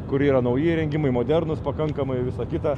kur yra nauji įrengimai modernūs pakankamai visa kita